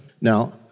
Now